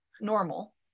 normal